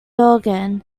organ